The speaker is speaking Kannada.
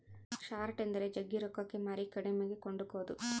ಶಾರ್ಟ್ ಎಂದರೆ ಜಗ್ಗಿ ರೊಕ್ಕಕ್ಕೆ ಮಾರಿ ಕಡಿಮೆಗೆ ಕೊಂಡುಕೊದು